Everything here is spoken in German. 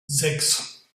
sechs